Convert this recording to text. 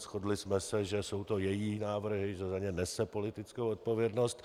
Shodli jsme se, že jsou to její návrhy, že za ně nese politickou odpovědnost.